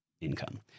income